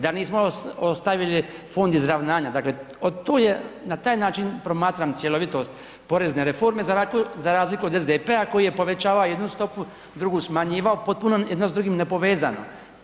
Da nismo ostavili fond izravnanja, dakle to je na taj način promatram cjelovitost porezne reforme za razliku od SDP-a koji je povećavao jednu stopu, drugu smanjivao, potpuno jedno s drugim nepovezano.